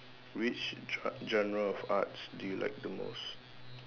which gen~ genre of arts do you like the most